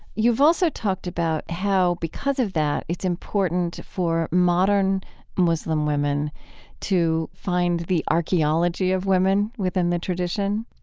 you've also talked about how, because of that, it's important for modern muslim women to find the archeology of women within the tradition?